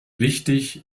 wichtig